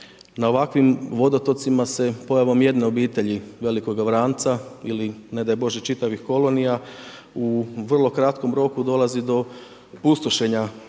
Na ovakvim vodotocima se pojavom jedne obitelji velikog vranca ili ne daj Bože, čitavih kolonija, u vrlo kratkom roku dolazi do pustošenja